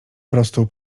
prostu